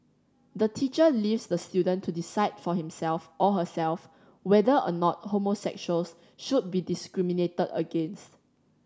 the teacher leaves the student to decide for himself or herself whether or not homosexuals should be discriminated against